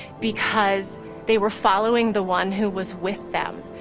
because they were following the one who was with them,